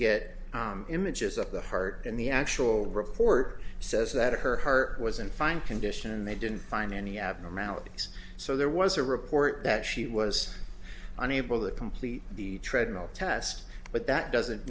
get images of the heart in the actual report says that her heart was in fine condition and they didn't find any abnormalities so there was a report that she was unable to complete the treadmill test but that doesn't